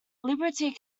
liberty